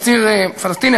עציר פלסטיני,